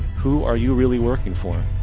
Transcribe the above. who are you really working for?